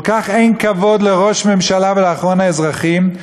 כל כך אין כבוד לראש ממשלה ולאחרון האזרחים,